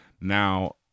Now